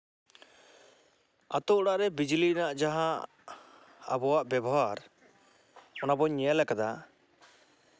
ᱟᱛᱳ ᱚᱲᱟᱜ ᱨᱮ ᱵᱤᱡᱽᱞᱤ ᱨᱮᱱᱟᱜ ᱡᱟᱦᱟᱸ ᱟᱵᱚᱣᱟᱜ ᱵᱮᱵᱚᱦᱟᱨ ᱚᱱᱟ ᱵᱚᱱ ᱧᱮᱞ ᱠᱟᱫᱟ